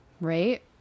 right